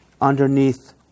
underneath